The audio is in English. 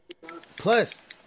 Plus